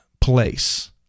place